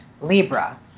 Libra